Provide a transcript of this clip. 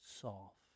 soft